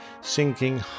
sinking